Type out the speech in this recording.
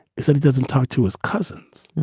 so he doesn't talk to his cousins,